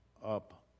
up